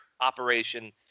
operation